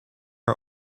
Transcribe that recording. are